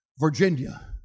Virginia